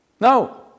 No